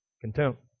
contempt